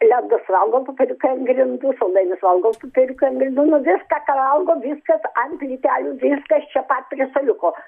ledus valgo popieriukai ant grindų saldainius valgo popieriukai ant grindų nu viską ką valgo viskas ant plytelių viskas čia pat prie suoliuko